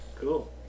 Cool